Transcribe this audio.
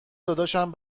داداشم